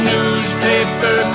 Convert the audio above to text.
Newspaper